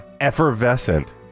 Effervescent